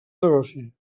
negoci